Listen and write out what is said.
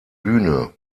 bühne